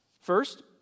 First